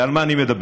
ועל מה אני מדבר?